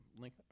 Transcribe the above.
link